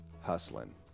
hustling